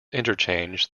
interchange